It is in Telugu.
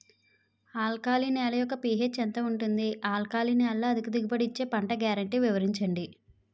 ఆల్కలి నేల యెక్క పీ.హెచ్ ఎంత ఉంటుంది? ఆల్కలి నేలలో అధిక దిగుబడి ఇచ్చే పంట గ్యారంటీ వివరించండి?